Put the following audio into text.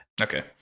Okay